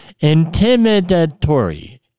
intimidatory